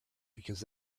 because